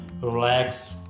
relax